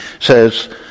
says